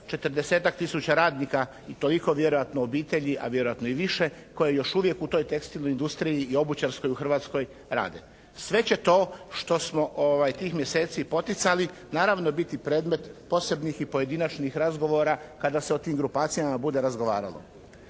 40-ak tisuća radnika i toliko vjerojatno obitelji, a vjerojatno i više koja je još uvijek u toj tekstilnoj industriji i obućarskoj u Hrvatskoj rade. Sve će to što smo tih mjeseci poticali naravno biti predmet posebnih i pojedinačnih razgovora kada se o tim grupacijama bude razgovaralo.